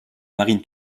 marine